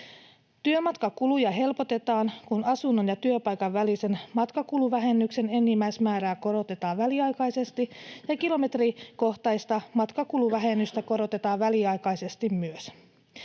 Työmatkakuluja helpotetaan, kun asunnon ja työpaikan välisen matkakuluvähennyksen enimmäismäärää korotetaan väliaikaisesti ja kilometrikohtaista matkakuluvähennystä korotetaan myös väliaikaisesti.